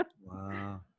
wow